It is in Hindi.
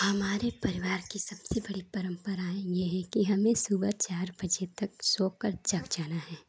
हमारे परिवार की सबसे बड़ी परम्पराएँ यही है कि हमें सुबह चार बजे तक सोकर जग जाना है